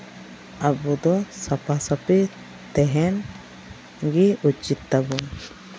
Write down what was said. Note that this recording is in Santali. ᱟᱵᱚ ᱫᱚ ᱥᱟᱯᱷᱟᱼᱥᱟᱹᱯᱷᱤ ᱛᱟᱦᱮᱱ ᱜᱮ ᱩᱪᱤᱛ ᱛᱟᱵᱚᱱ